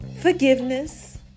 forgiveness